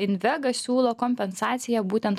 invega siūlo kompensaciją būtent